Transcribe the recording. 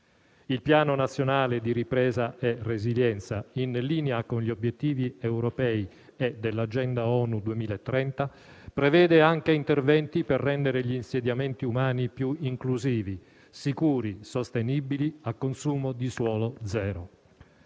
Il Piano nazionale di ripresa e resilienza, in linea con gli obiettivi europei e dell'Agenda ONU 2030, prevede anche interventi per rendere gli insediamenti umani più inclusivi, sicuri e sostenibili a consumo di suolo zero.